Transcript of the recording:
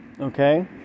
okay